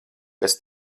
pēc